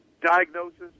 diagnosis